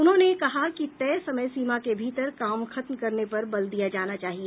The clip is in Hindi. उन्होंने कहा कि तय समय सीमा के भीतर काम खत्म करने पर बल दिया जाना चाहिए